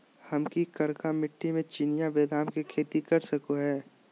हम की करका मिट्टी में चिनिया बेदाम के खेती कर सको है?